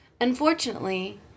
Unfortunately